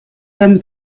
them